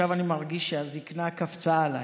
עכשיו אני מרגיש שהזקנה קפצה עליי,